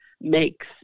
makes